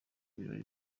ibirori